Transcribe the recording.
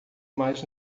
mais